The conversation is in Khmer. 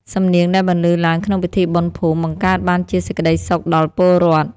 សំនៀងដែលបន្លឺឡើងក្នុងពិធីបុណ្យភូមិ បង្កើតបានជាសេចក្ដីសុខដល់ពលរដ្ឋ។